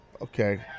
Okay